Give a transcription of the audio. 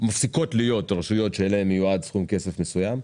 מפסיקות להיות רשויות שאליהן מיועד סכום כסף מסוים,